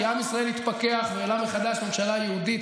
כי עם ישראל התפכח והעלה מחדש ממשלה יהודית,